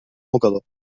mocador